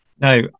No